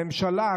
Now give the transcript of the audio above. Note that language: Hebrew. הממשלה,